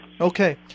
Okay